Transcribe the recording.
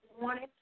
morning